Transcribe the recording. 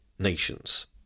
Nations